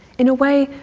in a way,